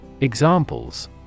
Examples